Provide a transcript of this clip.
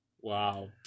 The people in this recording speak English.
Wow